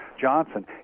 Johnson